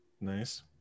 Nice